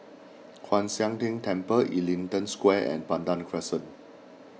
Kwan Siang Tng Temple Ellington Square and Pandan Crescent